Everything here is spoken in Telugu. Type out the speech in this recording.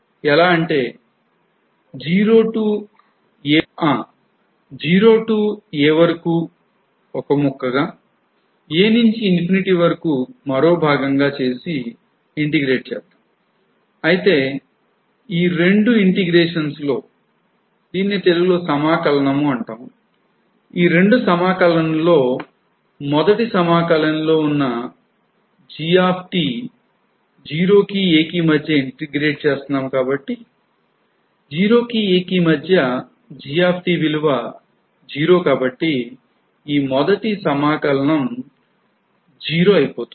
ఎలా అంటే G నిర్వచనం నుండి మొదటి సమాకలనం శూన్యం అవుతుంది